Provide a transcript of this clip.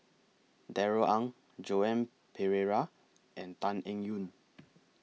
Darrell Ang Joan Pereira and Tan Eng Yoon